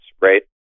right